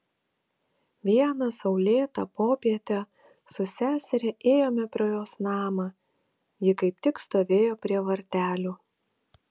vieną saulėtą popietę su seseria ėjome pro jos namą ji kaip tik stovėjo prie vartelių